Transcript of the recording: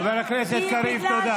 חבר הכנסת קריב, תודה.